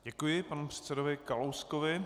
Děkuji panu předsedovi Kalouskovi.